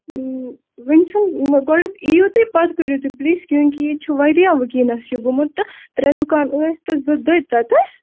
وۅنۍ چھُو گۄڈٕنٮ۪تھ یِیِو تُہۍ پتہٕ کٔرِو تۄہہِ کیوںکہ ییٚتہِ چھُ وارِیاہ وُنکٮ۪نس چھُ گوٚمُت تہٕ ترٛےٚ دُکان ٲسۍ تہٕ زٕ دٔدۍ تَتٮ۪س